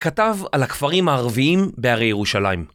כתב על הכפרים הערביים בערי ירושלים.